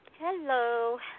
Hello